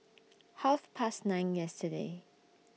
Half Past nine yesterday